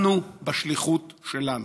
בגדנו בשליחות שלנו.